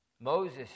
Moses